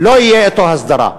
לא תהיה אתו הסדרה.